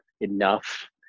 enough